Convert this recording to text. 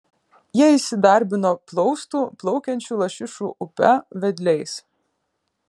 jie įsidarbino plaustų plaukiančių lašišų upe vedliais